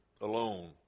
alone